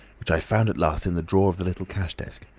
which i found at last in the drawer of the little cash desk.